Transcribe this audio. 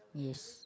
yes